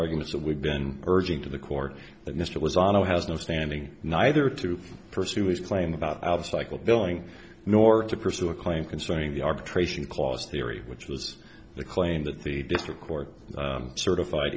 arguments that we've been urging to the court that mr was on has no standing neither to pursue his claim about the cycle billing nor to pursue a claim concerning the arbitration clause theory which was the claim that the district court certified